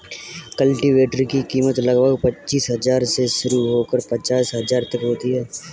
cultivator की कीमत लगभग पचीस हजार से शुरू होकर पचास हजार तक होती है